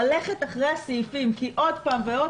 ללכת אחרי הסעיפים כי עוד פעם ועוד